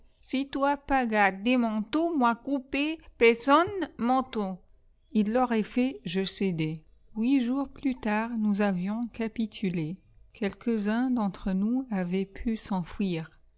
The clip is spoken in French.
si toi pas gadé manteau moi coupé pésonne manteau ii l'aurait fait je cédai huit jours plus tard nous avions capitulé quelques-uns d'entre nous avaient pu s'enfuir